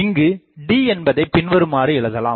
இங்கு D என்பதை பின்வருமாறு எழுதலாம்